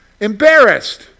embarrassed